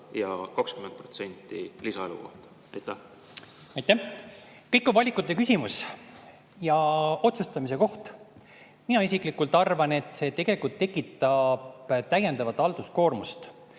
ja 20% lisaelukohta? Aitäh! See on valikute küsimus ja otsustamise koht. Mina isiklikult arvan, et see tegelikult tekitab täiendavat halduskoormust,